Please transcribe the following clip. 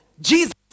Jesus